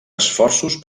esforços